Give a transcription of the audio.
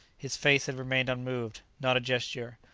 his face had remained unmoved not a gesture,